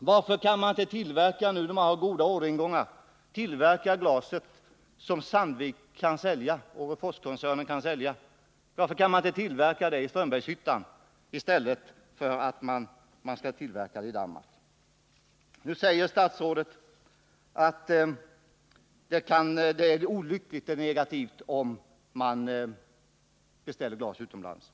Varför kan inte det glas som Orreforskoncernen kan sälja tillverkas i Strömbergshyttan i stället för i Danmark, nu då orderingången är god? Statsrådet säger att det är olyckligt och negativt om man beställer glas utomlands.